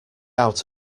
out